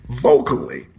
vocally